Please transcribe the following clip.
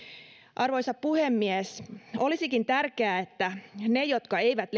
arvoisa puhemies olisikin tärkeää että ne jotka eivät